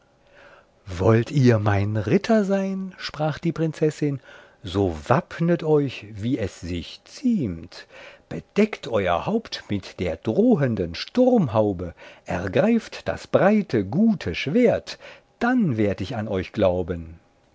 wollt ihr mein ritter sein sprach die prinzessin so wappnet euch wie es sich ziemt bedeckt euer haupt mit der drohenden sturmhaube ergreift das breite gute schwert dann werd ich an euch glauben